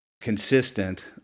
consistent